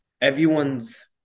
Everyone's